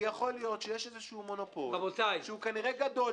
יכול להיות שיש איזשהו מונופול שהוא כנראה גדול